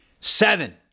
seven